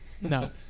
No